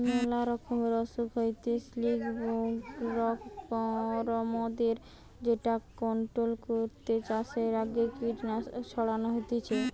মেলা রকমের অসুখ হইতে সিল্কবরমদের যেটা কন্ট্রোল করতে চাষের আগে কীটনাশক ছড়ানো হতিছে